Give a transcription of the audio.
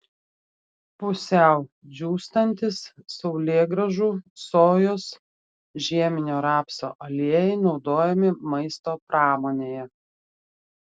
pusiau džiūstantys saulėgrąžų sojos žieminio rapso aliejai naudojami maisto pramonėje